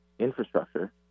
infrastructure